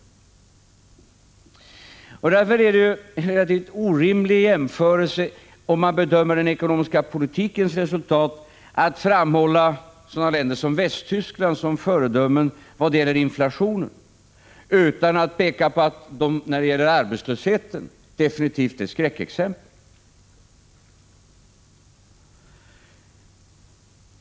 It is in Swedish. Mot den bakgrunden är det orimligt att vid en jämförelse av den ekonomiska politikens resultat i olika länder framhålla sådana länder som Västtyskland som föredömen i vad det gäller inflationen utan att samtidigt peka på att de i fråga om arbetslösheten definitivt är skräckexempel.